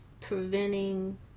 preventing